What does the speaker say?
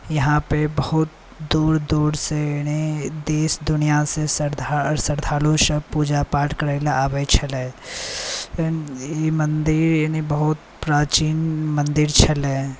यहाँपर बहुत दूर दूरसँ एनी देश दुनियासँ श्रद्धालु सब पूजापाठ करैलए आबै छलै ई मन्दिर एनी बहुत प्राचीन मन्दिर छलै